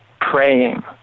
praying